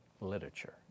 literature